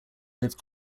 live